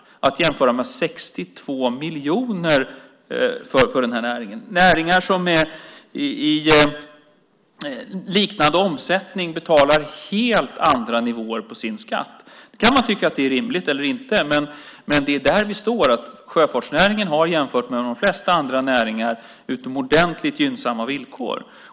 Detta kan man jämföra med 62 miljoner för denna näring. Näringar med liknande omsättning betalar skatt på helt andra nivåer. Man kan tycka att det är rimligt eller inte, men det är där som vi står. Sjöfartsnäringen har jämfört med de flesta andra näringar utomordentligt gynnsamma villkor.